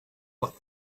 but